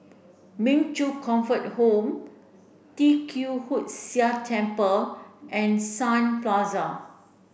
Min Chong Comfort Home Tee Kwee Hood Sia Temple and Sun Plaza